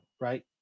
right